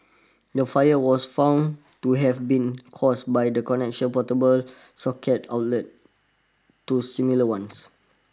the fire was found to have been caused by the connection portable socket outlet to similar ones